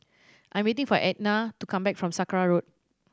I am waiting for Ednah to come back from Sakra Road